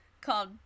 called